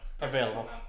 Available